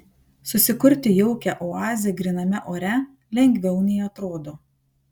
susikurti jaukią oazę gryname ore lengviau nei atrodo